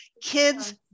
kids